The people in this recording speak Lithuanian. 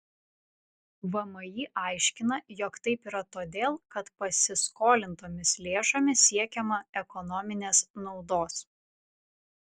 vmi aiškina jog taip yra todėl kad pasiskolintomis lėšomis siekiama ekonominės naudos